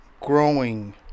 growing